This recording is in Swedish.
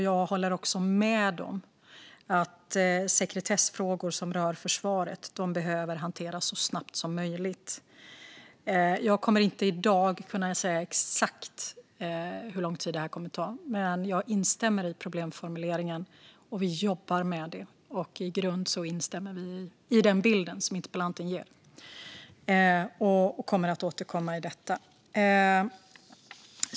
Jag håller också med om att sekretessfrågor som rör försvaret behöver hanteras så snabbt som möjligt. Jag kommer inte i dag att kunna säga exakt hur lång tid det kommer att ta. Men jag instämmer i problemformuleringen, och vi jobbar med det. I grunden instämmer vi i den bild som interpellanten ger, och vi kommer att återkomma i detta.